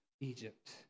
Egypt